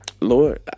lord